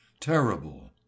terrible